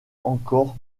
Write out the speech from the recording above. encore